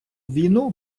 війну